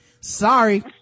sorry